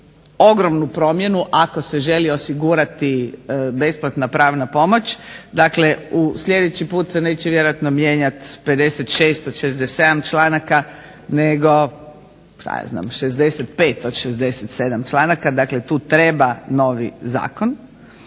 ogromnu promjenu ako se želi osigurati besplatna prava pomoć. Dakle, sljedeći puta se neće vjerojatno mijenjati 56 od 67 članaka, nego što ja znam 65 od 67 članaka, dakle tu treba novi zakon.